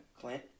Clint